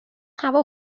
هوا